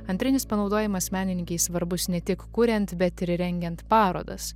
antrinis panaudojimas menininkei svarbus ne tik kuriant bet ir rengiant parodas